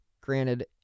granted